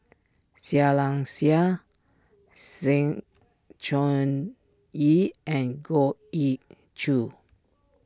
Seah Liang Seah Sng Choon Yee and Goh Ee Choo